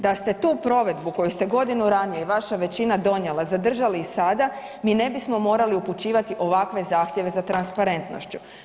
Da ste tu provedbu koju ste godinu ranije i vaša većina donijela zadržali i sada mi ne bismo morali upućivati ovakve zahtjeve za transparentnošću.